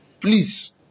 Please